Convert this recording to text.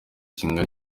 kingana